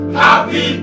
happy